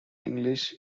english